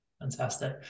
Fantastic